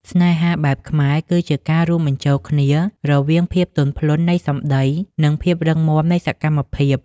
ស្នេហាបែបខ្មែរគឺជាការរួមបញ្ចូលគ្នារវាង ភាពទន់ភ្លន់នៃសម្តី និង ភាពរឹងមាំនៃសកម្មភាព។